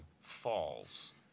falls